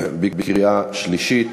בקריאה שלישית.